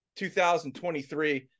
2023